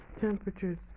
temperatures